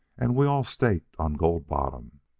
and we all staked on gold bottom.